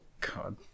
God